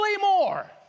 more